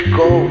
go